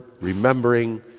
remembering